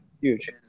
huge